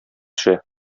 төшә